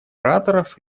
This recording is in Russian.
ораторов